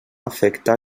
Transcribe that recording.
afecta